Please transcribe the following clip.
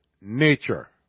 nature